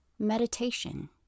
Meditation